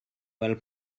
help